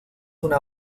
una